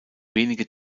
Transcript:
wenige